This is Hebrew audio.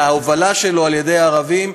וההובלה שלו על-ידי ערבים,